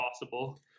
possible